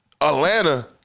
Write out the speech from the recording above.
Atlanta